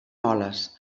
moles